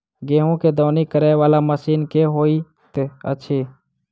गेंहूँ केँ दौनी करै वला मशीन केँ होइत अछि?